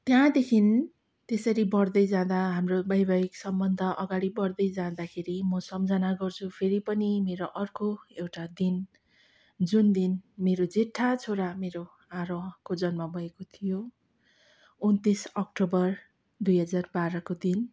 त्यहाँदेखि त्यसरी बढ्दै जाँदा हाम्रो वैवाहिक सम्बन्ध अगाडि बढ्दै जाँदाखेरि म सम्झना गर्छु फेरि पनि मेरो अर्को एउटा दिन जुन दिन मेरो जेठा छोरा मेरो आरोहको जन्म भएको थियो उन्तिस अक्टुबर दुई हजार बाह्रको दिन